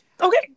Okay